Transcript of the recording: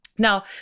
Now